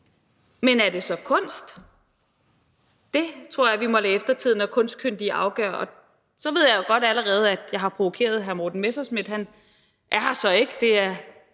Men er det så kunst? Det tror jeg at vi må lade eftertiden og kunstkyndige afgøre. Og så ved jeg jo godt, at jeg allerede har provokeret hr. Morten Messerschmidt. Han er her så ikke.